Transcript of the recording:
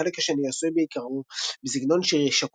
והחלק השני - עשוי בעיקרו בסגנון שירי,